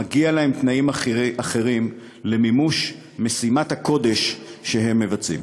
מגיעים להם תנאים אחרים למימוש משימת הקודש שהם מבצעים.